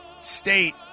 state